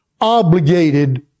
obligated